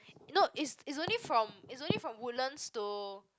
not it's it's only from it's only from Woodlands to